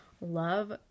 love